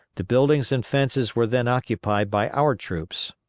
the buildings and fences were then occupied by our troops.